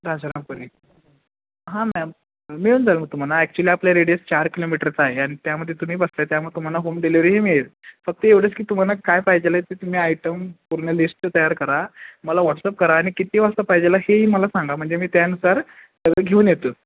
दहा हजारापर्यंत हां मॅम मिळून जाईल मग तुम्हाला ॲक्च्युली आपल्या रेडियस चार किोमीटरचा आहे आणि त्याममध्ये तुम्ही बसताय त्यामुळं तुम्हाला होम डिलेवरीही मिळेल फक्त एवढेच की तुम्हाला काय पाहिजेल आहे ते तुम्ही आयटम पूर्ण लिस्ट तयार करा मला व्हॉट्सअप करा आणि किती वाजता पाहिजेला हेही मला सांगा म्हणजे मी त्यानुसार सगळं घेऊन येतो